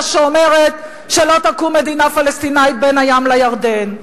שאומרת שלא תקום מדינה פלסטינית בין הים לירדן.